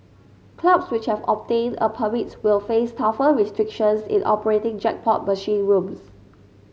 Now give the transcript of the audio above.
clubs which have obtained a permit will face tougher restrictions in operating jackpot machine rooms